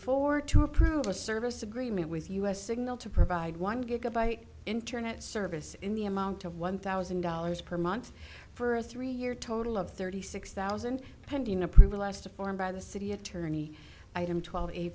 for to approve a service agreement with us signal to provide one gigabyte internet service in the amount of one thousand dollars per month for a three year total of thirty six thousand pending approval asked a form by the city attorney item twelve eight